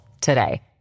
today